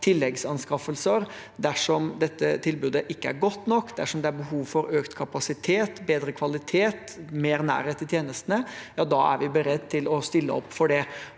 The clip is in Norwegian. for tilleggsanskaffelser, dersom dette tilbudet ikke er godt nok, dersom det er behov for økt kapasitet, bedre kvalitet, mer nærhet i tjenestene, er vi beredt til å stille opp for det.